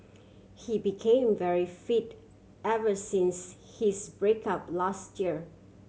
he became very fit ever since his break up last year